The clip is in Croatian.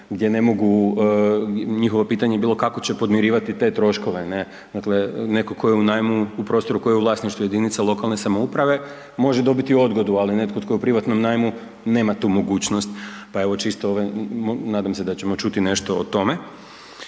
gdje ne mogu, njihovo je pitanje bilo kako će podmirivati te troškove, ne. Dakle, netko tko je u najmu u prostoru koji je u vlasništvu jedinice lokalne samouprave može dobiti odgodu, ali netko tko je u privatnom najmu nema tu mogućnost, pa evo čisto ovaj nadam se da ćemo čuti nešto o tome.